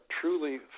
truly